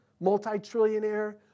multi-trillionaire